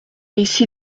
ici